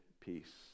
peace